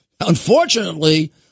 unfortunately